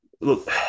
look